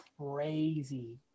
crazy